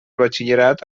batxillerat